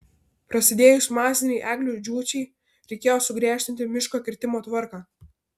prasidėjus masinei eglių džiūčiai reikėjo sugriežtinti miško kirtimo tvarką